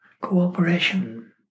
cooperation